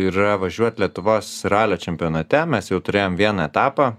yra važiuot lietuvos ralio čempionate mes jau turėjom vieną etapą